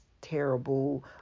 terrible